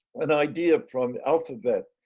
an idea from the alphabet.